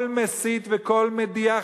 כל מסית וכל מדיח,